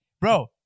Bro